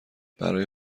برای